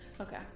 Okay